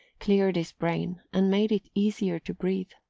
cleared his brain and made it easier to breathe.